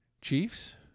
Chiefs